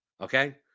Okay